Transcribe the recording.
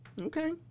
okay